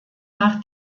nach